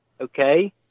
okay